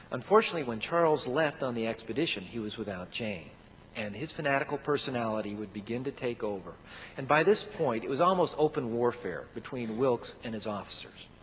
unfortunately when charles left on the expedition he was without jane and his fanatical personality would begin to take over and by this point it was almost open warfare between wilkes and his officers.